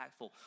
impactful